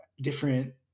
different